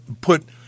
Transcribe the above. put